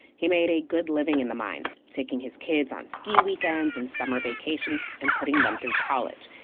he made a good living in the mines, taking his kids on ski weekends and summer vacations and putting them through college.